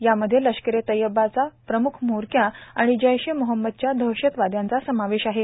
यामध्ये लष्कर ए तय्यबाचा प्रमुख म्होरक्या आणि जैश ए मोहम्मदच्या दहशतवाद्यांचा समावेश आहे